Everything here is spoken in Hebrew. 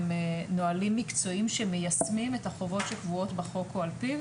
נהלים מקצועיים שמיישמים את החובות שקבועות בחוק.